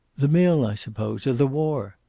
the mill, i suppose! or the war!